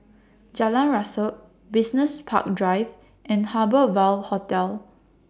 Jalan Rasok Business Park Drive and Harbour Ville Hotel